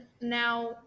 now